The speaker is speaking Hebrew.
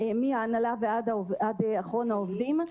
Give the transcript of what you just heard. מההנהלה ועד אחרון העובדים.